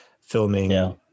filming